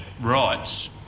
rights